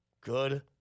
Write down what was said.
Good